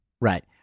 Right